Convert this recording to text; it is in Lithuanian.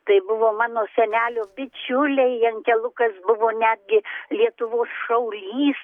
tai buvo mano senelio bičiuliai jenkelukas buvo netgi lietuvos šaulys